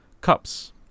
cups